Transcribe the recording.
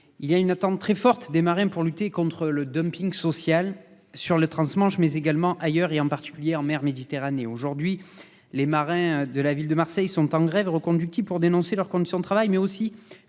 de fortes attentes en matière de lutte contre le dumping social, non seulement dans le transmanche, mais également ailleurs, en particulier en mer Méditerranée. Aujourd'hui, les marins de la ville de Marseille sont en grève reconductible pour dénoncer leurs conditions de travail, mais aussi